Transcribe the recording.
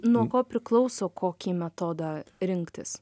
nuo ko priklauso kokį metodą rinktis